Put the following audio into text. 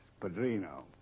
Padrino